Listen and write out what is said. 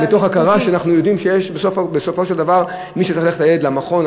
מתוך הכרה שאנחנו יודעים שבסופו של דבר מי שצריך לקחת את הילד למכון,